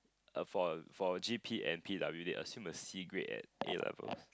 uh for for G_P and P_W D I assume a C grad at A-levels